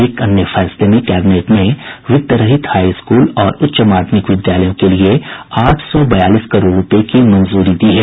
एक अन्य फैसले में कैबिनेट ने वित्त रहित हाई स्कूल और उच्च माध्यमिक विद्यालयों के लिए आठ सौ बयालीस करोड़ रूपये की मंजूरी दी है